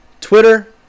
Twitter